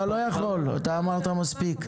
אמרת מספיק.